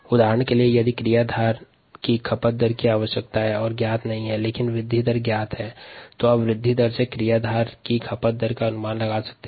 उदाहरण के लिए यदि क्रियाधार का उपयोग करने की आवश्यकता है और वह ज्ञात नहीं है तब वृद्धि दर ज्ञात होने की दशा में वृद्धि दर से क्रियाधार के उपयोग की दर का अनुमान लगा सकते हैं